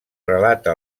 relata